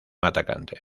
atacante